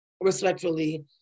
respectfully